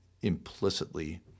implicitly